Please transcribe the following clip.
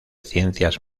ciencias